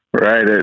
Right